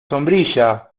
sombrilla